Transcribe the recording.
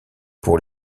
pour